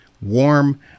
warm